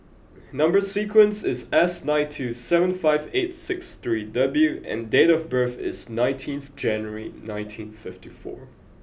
number sequence is S nine two seven five eight six three W and date of birth is nineteenth January nineteen fifty four